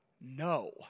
No